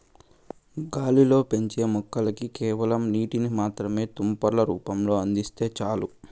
గాలిలో పెంచే మొక్కలకి కేవలం నీటిని మాత్రమే తుంపర్ల రూపంలో అందిస్తే చాలు